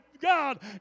God